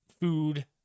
food